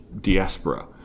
diaspora